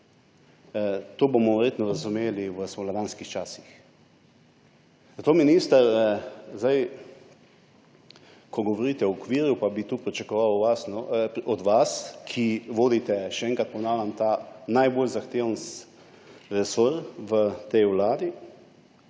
To bomo verjetno razumeli v spomladanskih časih. Zato, minister, ko govorite o okviru, bi tu pričakoval od vas, ki vodite, še enkrat ponavljam, ta najbolj zahteven resor v tej vladi,